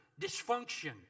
dysfunction